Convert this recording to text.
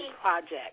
project